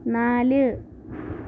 നാല്